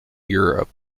europe